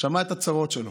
שמע את הצרות שלו,